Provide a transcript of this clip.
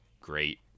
great